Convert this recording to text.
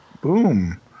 Boom